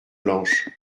blanches